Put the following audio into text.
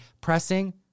pressing